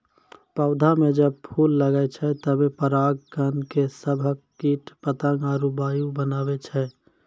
पौधा म जब फूल लगै छै तबे पराग कण के सभक कीट पतंग आरु वायु बनै छै